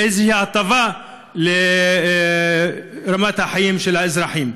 איזו הטבה ברמת החיים של האזרחים.